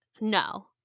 no